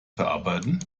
verarbeiten